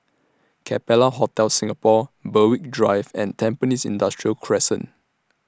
Capella Hotel Singapore Berwick Drive and Tampines Industrial Crescent